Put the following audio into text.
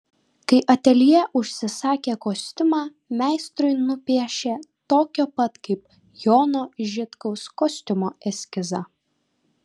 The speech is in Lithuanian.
kai ateljė užsisakė kostiumą meistrui nupiešė tokio pat kaip jono žitkaus kostiumo eskizą